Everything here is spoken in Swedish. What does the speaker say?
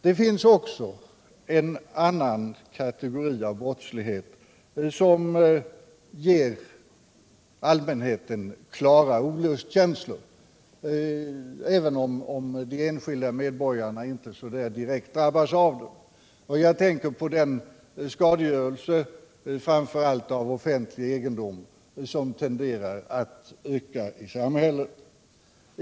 Det finns också en annan kategori av brottslighet som ger allmänheten klara olustkänslor, även om de enskilda medborgarna inte direkt drabbas av den. Jag tänker på den skadegörelse framför allt på offentlig egendom som tenderar att öka i samhället.